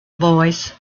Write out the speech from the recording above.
voice